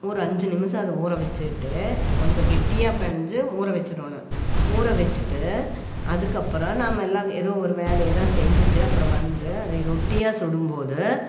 ஒரு அஞ்சு நிமிஷம் அதை ஊற வச்சுட்டு கொஞ்சம் கெட்டியாக பெசைஞ்சு ஊற வச்சிடணும் ஊற வச்சுட்டு அதுக்கப்புறம் நாம் எல்லாம் ஏதோ ஒரு வேலையெல்லாம் செஞ்சுட்டு அப்புறம் வந்து அதை ரொட்டியாக சுடும் போது